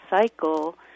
cycle